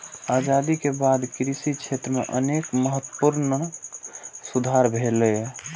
आजादी के बाद कृषि क्षेत्र मे अनेक महत्वपूर्ण सुधार भेलैए